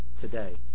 today